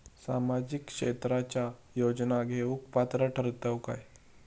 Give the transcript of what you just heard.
सामाजिक क्षेत्राच्या योजना घेवुक पात्र ठरतव काय?